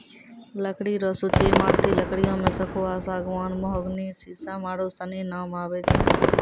लकड़ी रो सूची ईमारती लकड़ियो मे सखूआ, सागमान, मोहगनी, सिसम आरू सनी नाम आबै छै